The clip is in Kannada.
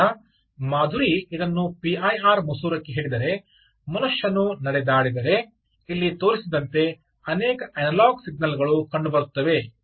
ಆದ್ದರಿಂದ ಮಾಧುರಿ ಇದನ್ನು ಪಿಐಆರ್ ಮಸೂರಕ್ಕೆ ಹಿಡಿದರೆ ಮನುಷ್ಯನು ನಡೆದಾಡಿದರೆ ಇಲ್ಲಿ ತೋರಿಸಿದಂತೆ ಅನೇಕ ಅನಲಾಗ್ ಸಿಗ್ನಲ್ಗಳು ಕಂಡುಬರುತ್ತವೆ